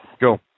Go